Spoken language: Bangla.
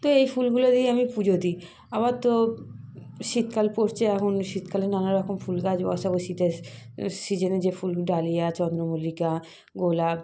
তো এই ফুলগুলো দিয়ে আমরা পুজো দিই আবার তো শীতকাল পড়ছে এখন শীতকালে নানা রকম ফুল গাছ বসাবো শীতের সিজিনে যে ফুল ডালিয়া চন্দ্রমল্লিকা গোলাপ